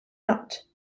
nut